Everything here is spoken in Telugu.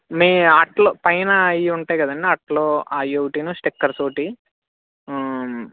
మీ అట్టలు పైన ఇవి ఉంటాయి కదండి అట్టలు అవి ఒకటి స్టిక్కర్స్ ఒకటి